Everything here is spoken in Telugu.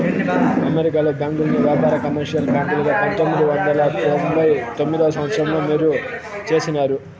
అమెరికాలో బ్యాంకుల్ని వ్యాపార, కమర్షియల్ బ్యాంకులుగా పంతొమ్మిది వందల తొంభై తొమ్మిదవ సంవచ్చరంలో ఏరు చేసినారు